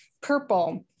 purple